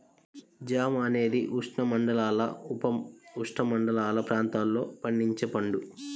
జామ అనేది ఉష్ణమండల, ఉపఉష్ణమండల ప్రాంతాలలో పండించే పండు